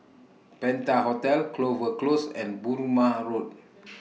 Penta Hotel Clover Close and Burmah Road